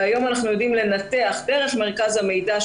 היום אנחנו יכולים לנתח דרך מרכז המידע,